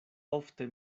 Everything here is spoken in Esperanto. ofte